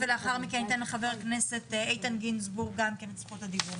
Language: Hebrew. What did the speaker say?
ולאחר מכן אני אתן לחבר הכנסת איתן גינזבורג גם כן את זכות הדיבור.